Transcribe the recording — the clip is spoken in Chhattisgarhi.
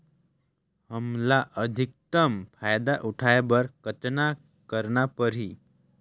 हमला अधिकतम फायदा उठाय बर कतना करना परही?